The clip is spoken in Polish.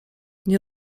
nie